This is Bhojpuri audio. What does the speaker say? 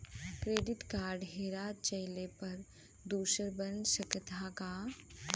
डेबिट कार्ड हेरा जइले पर दूसर बन सकत ह का?